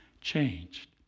changed